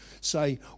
say